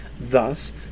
Thus